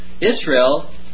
Israel